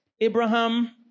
Abraham